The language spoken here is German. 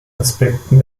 aspekten